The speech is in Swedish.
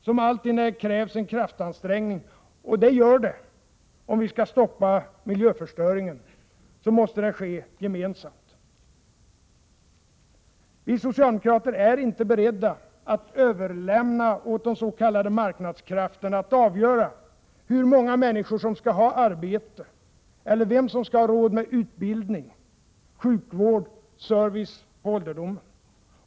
Som alltid när det krävs en kraftansträngning — och det gör det om vi skall kunna stoppa miljöförstöringen — måste den ske gemensamt. Vi socialdemokrater är inte beredda att överlämna åt de s.k. marknadskrafterna att avgöra hur många människor som skall ha arbete eller vem som skall ha råd med utbildning, sjukvård och service på ålderdomen.